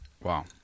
Wow